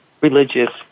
religious